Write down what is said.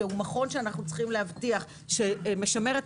שהוא מכון שאנחנו צריכים להבטיח שמשמר את